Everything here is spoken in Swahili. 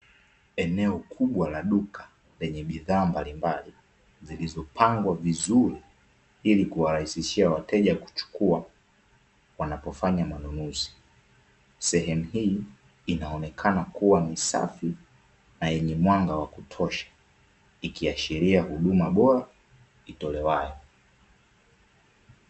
Eneo kubwa la duka, lenye bidhaa mbalimbali, zilizopangwa vizuri, ili kuwarahisishia wateja kuchukua wanapofanya manunuzi. Sehemu hii inaonekana kuwa ni safi, na yenye mwanga wa kutosha, ikiashiria huduma bora itolewayo.